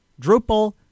Drupal